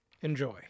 Enjoy